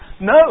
No